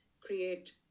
create